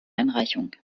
einreichung